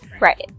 Right